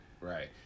Right